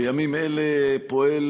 בימים אלה פועל